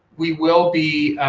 we will be,